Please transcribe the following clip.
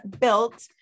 built